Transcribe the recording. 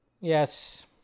yes